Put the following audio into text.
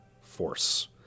force